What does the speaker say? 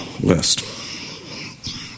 list